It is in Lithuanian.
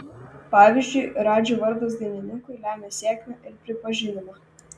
pavyzdžiui radži vardas dainininkui lemia sėkmę ir pripažinimą